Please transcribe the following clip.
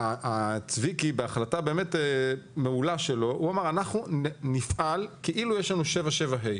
צביקי בהחלטה באמת מעולה שלו אמר: אנחנו נפעל כאילו יש לנו 7.7 ה'.